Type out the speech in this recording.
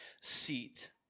seat